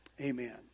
Amen